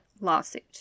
lawsuit